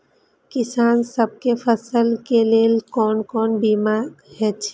किसान सब के फसल के लेल कोन कोन बीमा हे छे?